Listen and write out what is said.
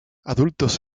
adultos